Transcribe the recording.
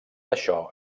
això